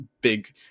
big